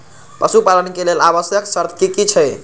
पशु पालन के लेल आवश्यक शर्त की की छै?